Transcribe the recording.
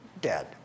dead